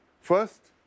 First